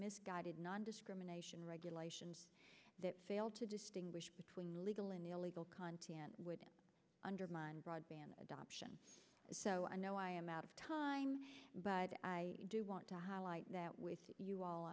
misguided nondiscrimination regulations that fail to distinguish between legal and illegal content would undermine broadband adoption so i know i am out of time but i do want to highlight that with you all